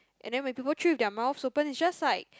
and then when people chew with their mouths open it's just like